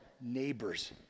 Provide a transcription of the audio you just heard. neighbors